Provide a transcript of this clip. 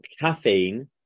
caffeine